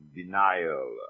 denial